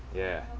yeah